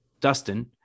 Dustin